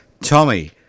Tommy